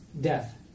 death